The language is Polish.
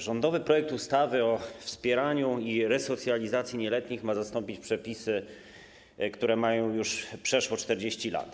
Rządowy projekt ustawy o wspieraniu i resocjalizacji nieletnich ma zastąpić przepisy, które mają już przeszło 40 lat.